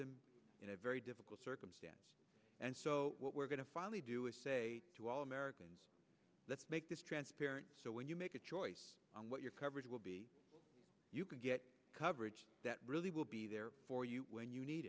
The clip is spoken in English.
them in a very difficult circumstance and so what we're going to finally do is say to all americans let's make this transparent so when you make a choice on what your coverage will be you can get coverage that really will be there for you when you need